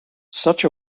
such